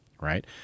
right